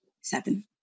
Seven